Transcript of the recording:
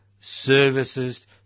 services